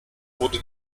wurde